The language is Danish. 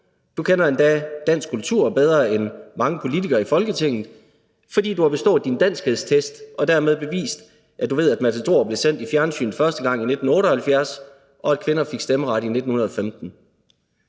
du kender endda dansk kultur bedre end mange politikere i Folketinget, fordi du har bestået din danskhedstest og dermed bevist, at du ved, at »Matador« blev sendt i fjernsynet første gang i 1978, og at kvinder fik stemmeret i 1915.